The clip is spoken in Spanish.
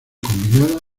combinada